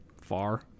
far